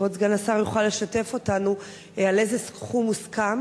כבוד סגן השר יכול לשתף אותנו, על איזה סכום הוסכם